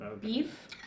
Beef